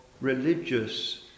religious